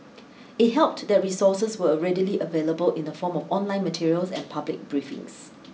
it helped that resources were readily available in the form of online materials and public briefings